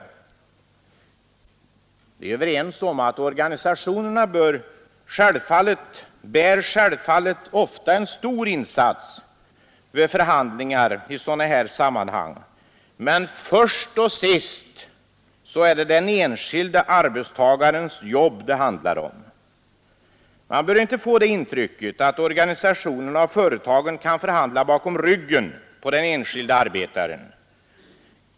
Vi är självfallet överens om att organisationerna ofta gör en stor insats vid förhandlingar i sådana här sammanhang, men först som sist är det den enskilda arbetstagarens jobb det handlar om. Man bör inte få det intrycket att organisationerna och företagen kan förhandla bakom ryggen på den enskilda arbetaren.